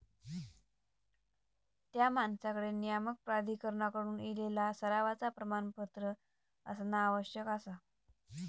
त्या माणसाकडे नियामक प्राधिकरणाकडसून इलेला सरावाचा प्रमाणपत्र असणा आवश्यक आसा